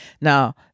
Now